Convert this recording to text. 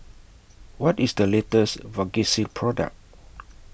What IS The latest Vagisil Product